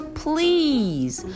please